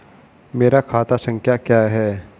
मेरा खाता संख्या क्या है?